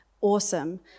awesome